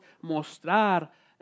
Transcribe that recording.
mostrar